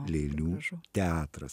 lėlių teatras